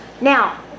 Now